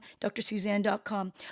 drsuzanne.com